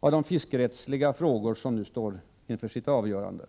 av de fiskerättsliga frågor som nu står inför sitt avgörande.